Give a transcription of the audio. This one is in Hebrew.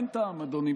אין טעם, אדוני.